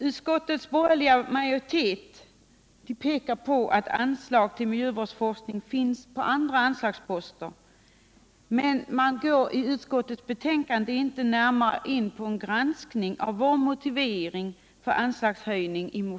Utskottets borgerliga majoritet pekar på att anslag till miljövårdsforskning finns under andra anslagsposter, men man går i betänkandet inte närmare in på en granskning av vår motivering i motionerna för en anslagshöjning.